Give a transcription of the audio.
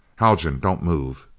haljan, don't move!